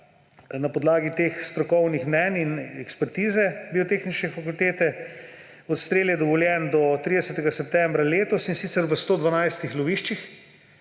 na podlagi teh strokovnih mnenj in ekspertize Biotehnične fakultete. Odstrel je dovoljen do 30. septembra letos, in sicer v 112 loviščih,